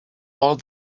all